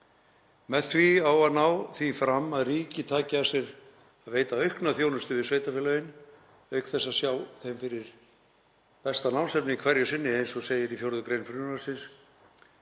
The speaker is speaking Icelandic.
Með því á að ná því fram að ríkið taki að sér að veita aukna þjónustu við sveitarfélögin auk þess að sjá þeim fyrir besta námsefni hverju sinni, eins og segir í 4. gr. frumvarpsins.